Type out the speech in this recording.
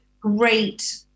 great